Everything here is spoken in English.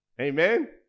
Amen